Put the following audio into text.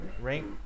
rank